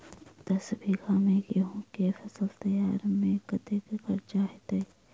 दस बीघा मे गेंहूँ केँ फसल तैयार मे कतेक खर्चा हेतइ?